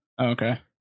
okay